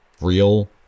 real